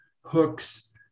hooks